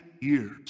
years